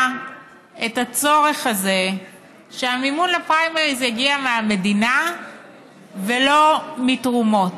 את הצורך הזה שהמימון לפריימריז יגיע מהמדינה ולא מתרומות,